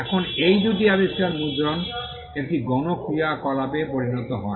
এখন এই দুটি আবিষ্কার মুদ্রণ একটি গণ ক্রিয়াকলাপে পরিণত হয়